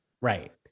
right